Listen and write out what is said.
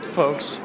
folks